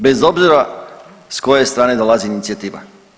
Bez obzira s koje strane dolazi inicijativa.